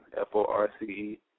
F-O-R-C-E